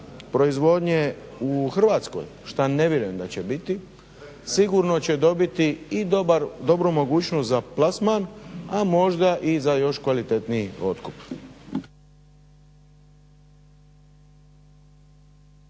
proizvodnje u Hrvatskoj što ja ne vjerujem da će biti sigurno će dobiti i dobru mogućnost za plasman, a možda i za još kvalitetniji otkup.